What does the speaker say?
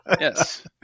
Yes